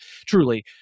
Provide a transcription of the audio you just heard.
truly